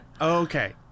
Okay